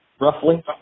roughly